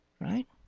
right